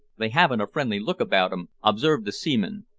they haven't a friendly look about em, observed the seaman,